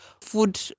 food